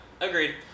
agreed